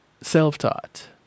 Self-taught